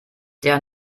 der